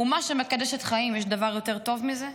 אומה שמקדשת חיים, יש דבר יותר טוב מזה?